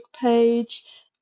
page